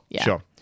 Sure